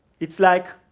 it's like,